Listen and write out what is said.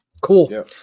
Cool